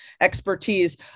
expertise